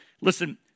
Listen